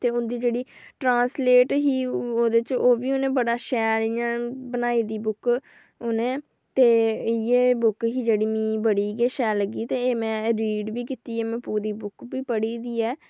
ते उदीं जेह्ड़ी ट्रांस्लेट ही उदे च उब्भी बड़ी शैल बनाई दी बुक उ'नें ते इ'यै बुक ही जेह्ड़ी मिगी बड़ी शैल लग्गी ते ऐ में रीड बी कीती ऐ पूरी बुक बी पढ़ी दी ऐ